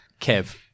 kev